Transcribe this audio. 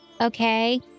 Okay